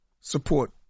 support